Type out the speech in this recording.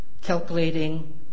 calculating